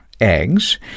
eggs